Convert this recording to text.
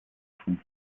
fou